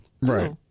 Right